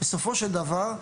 בסופו של דבר,